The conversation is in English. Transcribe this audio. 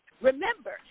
Remember